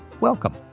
welcome